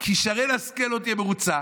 כי שרן השכל לא תהיה מרוצה,